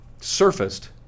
surfaced